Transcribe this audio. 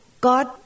God